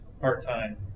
part-time